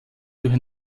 durch